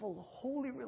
holy